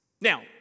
Now